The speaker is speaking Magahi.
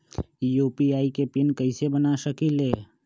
यू.पी.आई के पिन कैसे बना सकीले?